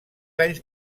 anys